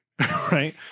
Right